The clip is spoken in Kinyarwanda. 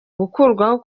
gukurwaho